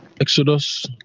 exodus